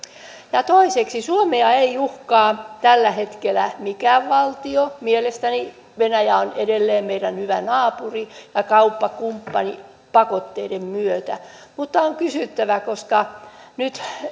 toiseksi suomea ei uhkaa tällä hetkellä mikään valtio mielestäni venäjä on edelleen meidän hyvä naapuri ja kauppakumppani pakotteiden myötä mutta on kysyttävä koska nyt